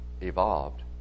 evolved